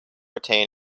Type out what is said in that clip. attain